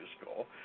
school